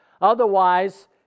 Otherwise